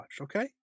okay